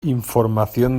información